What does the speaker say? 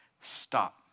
Stop